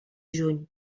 juny